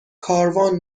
کاروان